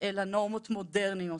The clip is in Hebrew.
אלא נורמות מודרניות